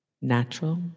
natural